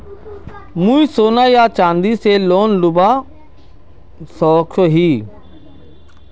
मुई सोना या चाँदी से लोन लुबा सकोहो ही?